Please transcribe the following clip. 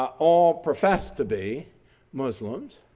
all profess to be muslims,